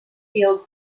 field